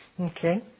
Okay